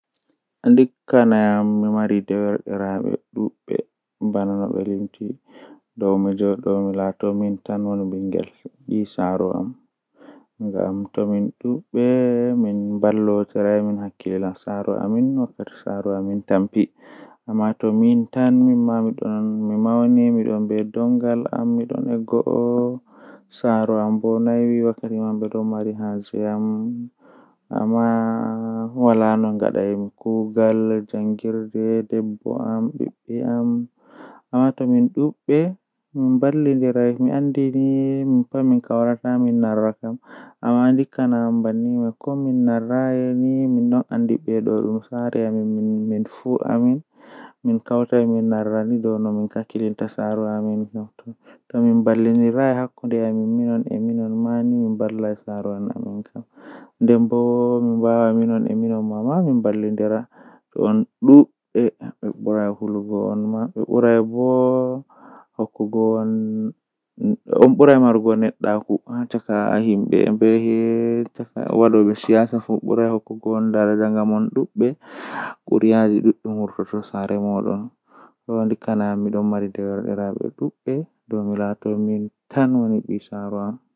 Arandewol kam mi heban biradam malla kosam mi wada shuga deidei nomi yidi nden mi tefa babal fewnaago friji malla hunde feere jei fewnata dum warta kankara mi siga haa ton mi acca neeba sei to yoori warto kolong bana aice man mi wurtina warti ice cream.